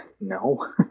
no